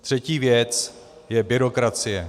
Třetí věc je byrokracie.